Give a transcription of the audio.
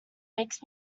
makes